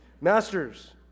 Masters